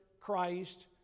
Christ